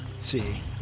see